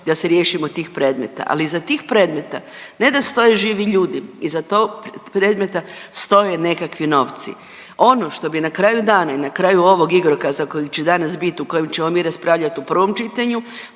da se riješimo tih predmeta, ali iza tih predmeta ne da stoje živi ljudi, iza tog predmeta stoje nekakvi novci. Ono što bi na kraju dana i na kraju ovog igrokaza kojeg će danas bit u kojem ćemo mi raspravljat u prvom čitanju,